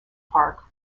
park